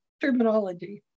terminology